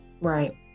Right